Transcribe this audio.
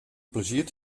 plezier